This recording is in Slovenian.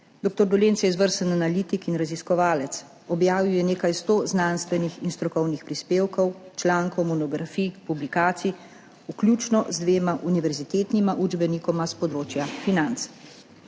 Dr. Dolenc je izvrsten analitik in raziskovalec. Objavil je nekaj sto znanstvenih in strokovnih prispevkov, člankov, monografij, publikacij, vključno z dvema univerzitetnima učbenikoma s področja financ.